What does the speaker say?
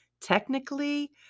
Technically